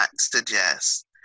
suggest